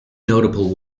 notable